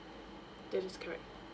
that is correct